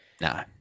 No